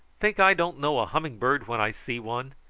think i don't know a humming-bird when i see one.